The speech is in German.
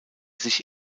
sich